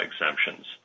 exemptions